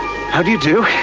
how do you do?